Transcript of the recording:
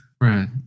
Right